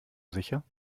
sicher